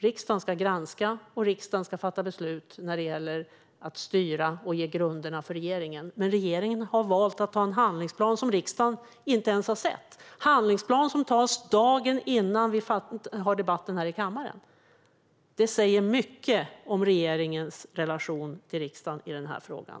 Riksdagen ska granska och fatta beslut när det gäller att styra och ge grunderna för regeringen, men regeringen har antagit en handlingsplan som riksdagen inte ens har sett. Handlingsplanen antogs dagen innan vi har denna debatt i kammaren. Detta säger mycket om regeringens relation till riksdagen i den här frågan.